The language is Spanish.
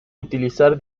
utilizar